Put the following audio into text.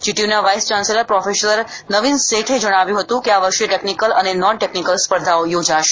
જીટીયુના vice chancellor professor Navin શેઠે જણાવ્યું હતું કે આ વર્ષે ટેકનીકલ અને નોન ટેકનીકલ સ્પર્ધાઓ યોજાશે